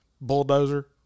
bulldozer